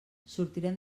sortirem